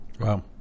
Wow